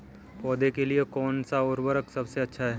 पौधों के लिए कौन सा उर्वरक सबसे अच्छा है?